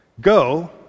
go